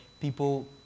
people